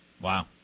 Wow